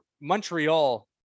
Montreal